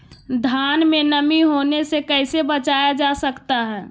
धान में नमी होने से कैसे बचाया जा सकता है?